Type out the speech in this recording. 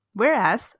whereas